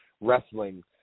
Wrestling